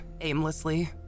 aimlessly